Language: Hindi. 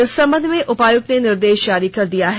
इस संबंध में उपायुक्त ने निर्देश जारी कर दिया है